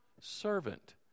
servant